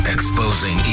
Exposing